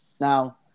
Now